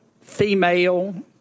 female